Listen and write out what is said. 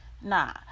nah